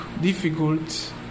difficult